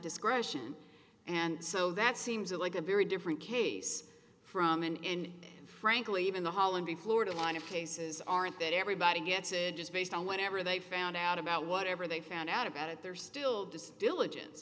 discretion and so that seems like a very different case from and frankly even the hall and the florida line of cases aren't that everybody gets it just based on whatever they found out about whatever they found out about it there's still this diligence